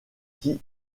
qui